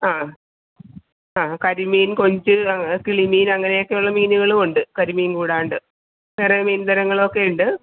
ആ ആ കരിമീൻ കൊഞ്ച് കിളിമീൻ അങ്ങനെയൊക്കെ ഉള്ള മീനുകളുമുണ്ട് കരിമീൻ കൂടാണ്ട് വേറെ മീൻ തരങ്ങളും ഒക്കെയുണ്ട്